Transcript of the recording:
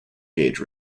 gauge